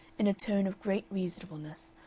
in a tone of great reasonableness,